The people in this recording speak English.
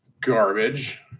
Garbage